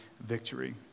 victory